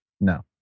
No